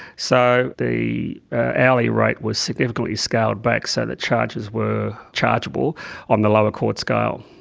so the hourly rate was significantly scaled back so that charges were chargeable on the lower court scale.